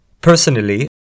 Personally